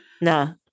No